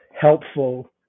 helpful